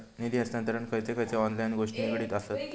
निधी हस्तांतरणाक खयचे खयचे ऑनलाइन गोष्टी निगडीत आसत?